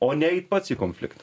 o ne į pats į konfliktą